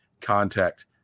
contact